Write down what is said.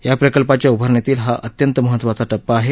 या प्रकल्पाच्या उभारणीतील हा एक अत्यंत महत्वाचा टप्पा आहे